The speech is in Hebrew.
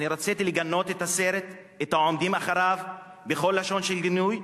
אני רציתי לגנות את הסרט ואת העומדים מאחוריו בכל לשון של גינוי,